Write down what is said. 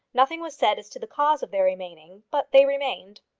nothing was said as to the cause of their remaining but they remained.